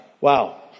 Wow